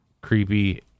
creepy